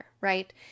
right